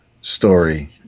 story